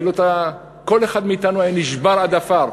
כל אחד מאתנו היה נשבר עד עפר.